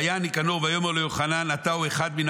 ויען ניקנור ויאמר ליוחנן: אתה הוא אחד מן